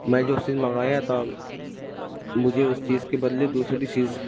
میں جو چیز منگایا تھا مجھے اس چیز کے بدلے دوسری چیز